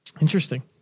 Interesting